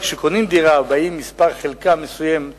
אבל כשקונים דירה ובאים עם מספר חלקה מסוימת